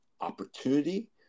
opportunity